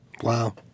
Wow